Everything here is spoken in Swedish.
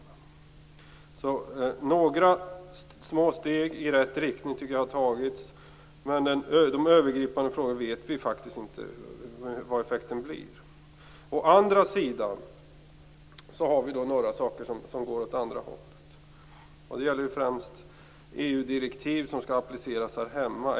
Jag tycker att några små steg i rätt riktning har tagits. Men när det gäller de övergripande frågorna vet vi faktiskt inte vad effekten blir. Å andra sidan finns det några saker som går åt det andra hållet. Det gäller främst EU-direktiv som skall appliceras här hemma.